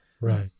Right